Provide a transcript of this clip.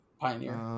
Pioneer